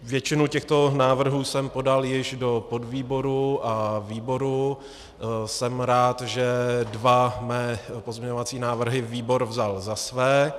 Většinu těchto návrhů jsem podal již do podvýboru a výboru, jsem rád, že dva mé pozměňovací návrhy výbor vzal za své.